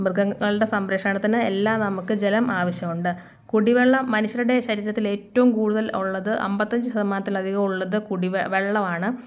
മൃഗങ്ങളുടെ സംരക്ഷണത്തിന് എല്ലാം നമുക്ക് ജലം ആവശ്യമുണ്ട് കുടിവെള്ളം മനുഷ്യരുടെ ശരീരത്തിൽ ഏറ്റവും കൂടുതൽ ഉള്ളത് അമ്പത്തഞ്ച് ശതമാനത്തിലധികം ഉള്ളത് കുടിവെള്ള വെള്ളമാണ്